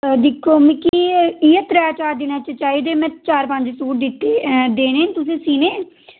दिक्खो मिकी इ'यै मिकी त्र'ऊं च'ऊं दिनें च चाहिदे में चार पंज सूट दित्ते देने न तुसें ई सीने गी